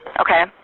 Okay